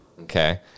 Okay